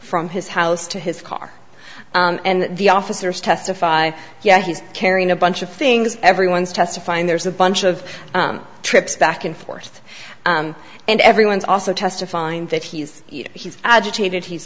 from his house to his car and the officers testify yeah he's carrying a bunch of things everyone's testifying there's a bunch of trips back and forth and everyone's also testifying that he's he's agitated he's